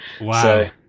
Wow